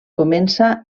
comença